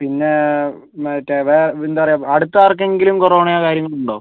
പിന്നേ മറ്റേ എന്താ പറയുക അടുത്ത് ആർക്കെങ്കിലും കോറോണയോ കാര്യങ്ങളൊ ഉണ്ടൊ